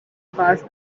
pass